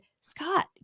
Scott